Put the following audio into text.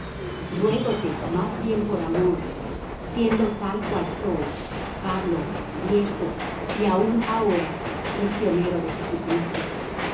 ruégo te más bien por amor siendo tal cual soy pablo viejo y aun ahora prisionero de jesucristo